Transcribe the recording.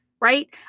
right